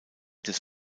des